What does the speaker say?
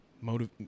motive